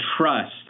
trust